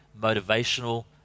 motivational